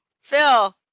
Phil